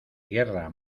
guerra